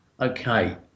Okay